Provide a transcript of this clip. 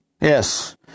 Yes